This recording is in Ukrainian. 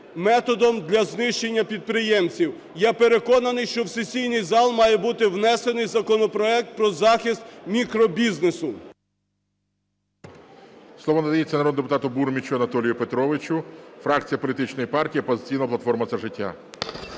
методом для знищення підприємців. Я переконаний, що в сесійний зал має бути внесений законопроект про захист мікробізнесу. ГОЛОВУЮЧИЙ. Слово надається народному депутату Бурмічу Анатолію Петровичу, фракція політичної партія "Опозиційна платформа – За життя".